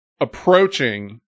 approaching